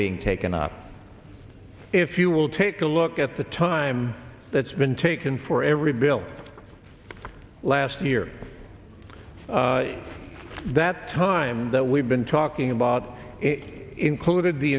being taken up if you will take a look at the time that's been taken for every bill last year that time that we've been talking about it included the